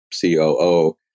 COO